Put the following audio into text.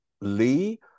Lee